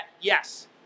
yes